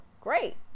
great